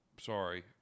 Sorry